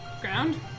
Ground